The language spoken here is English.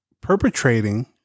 perpetrating